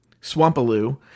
Swampaloo